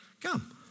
Come